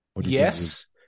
Yes